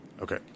Okay